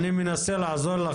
אני מנסה לעזור לך.